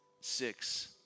Six